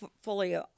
fully